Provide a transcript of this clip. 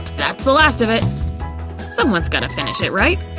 that's the last of it someone's gonna finish it right